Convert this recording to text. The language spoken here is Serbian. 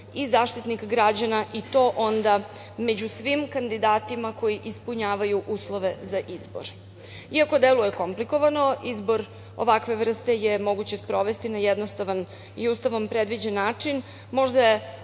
i Zaštitnik građana i to onda među svim kandidatima koji ispunjavaju uslove za izbor. Iako deluje komplikovano, izbor ovakve vrste je moguće sprovesti na jednostavan i Ustavom predviđen način. Možda je